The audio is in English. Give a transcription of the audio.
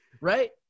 right